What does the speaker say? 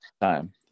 time